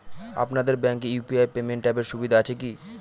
আপনাদের ব্যাঙ্কে UPI payment অ্যাপের সুবিধা আছে কি?